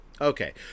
Okay